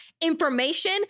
information